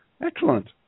Excellent